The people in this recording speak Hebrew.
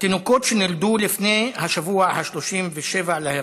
התינוקות שנולדו לפני השבוע ה-37 להיריון.